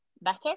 better